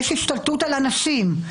יש השתלטות על הנשים.